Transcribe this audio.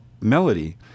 melody